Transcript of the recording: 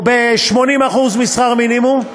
או ב-80% משכר מינימום,